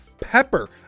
pepper